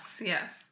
yes